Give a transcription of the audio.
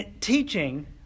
teaching